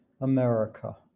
America